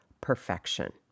perfection